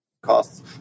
costs